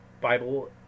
Bible